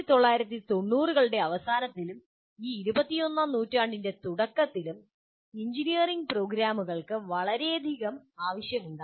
1990 കളുടെ അവസാനത്തിലും ഈ ഇരുപത്തിയൊന്നാം നൂറ്റാണ്ടിന്റെ തുടക്കത്തിലും എഞ്ചിനീയറിംഗ് പ്രോഗ്രാമുകൾക്ക് വളരെയധികം ആവശ്യമുണ്ടായിരുന്നു